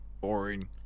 boring